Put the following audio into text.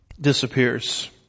disappears